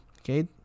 Okay